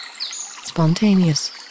spontaneous